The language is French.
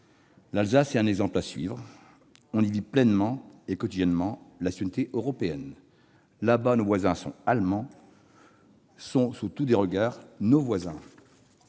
L'Alsace est un exemple à suivre. On y vit pleinement et quotidiennement la citoyenneté européenne. Là-bas, nos voisins allemands sont dans tous les regards et à tous